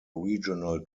regional